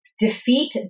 Defeat